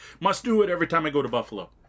must-do-it-every-time-I-go-to-Buffalo